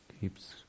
keeps